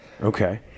Okay